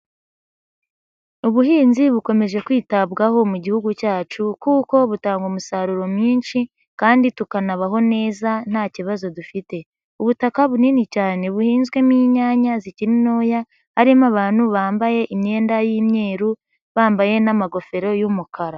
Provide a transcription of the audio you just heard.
Ubuhinzi bukomeje kwitabwaho mu gihugu cyacu kuko butanga umusaruro mwinshi kandi tukanabaho neza nta kibazo dufite, ubutaka bunini cyane buhinzwemo inyanya zikiri ntoya, harimo abantu bambaye imyenda y'imyeru, bambaye n'amagofero y'umukara.